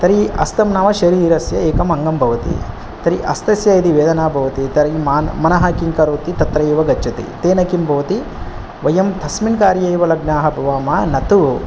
तर्हि हस्तं नाम शरीरस्य एकमङ्गं भवति तर्हि हस्तस्य यदि वेदना भवति तर्हि मान् मनः किं करोति तत्र एव गच्छति तेन किं भवति वयं तस्मिन् कार्ये एव लग्नाः भवामः न तु